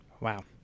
Wow